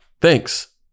thanks